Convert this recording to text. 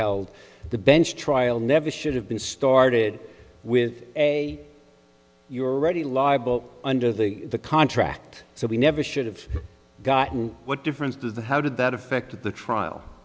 held the bench trial never should have been started with a you already live under the contract so we never should have gotten what difference does the how did that affect the trial